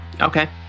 Okay